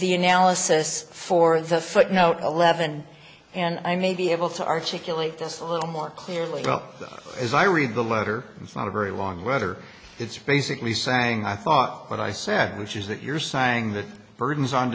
the analysis for the footnote eleven and i may be able to articulate this a little more clearly as i read the letter it's not a very long letter it's basically saying i thought what i said which is that you're saying the burden is on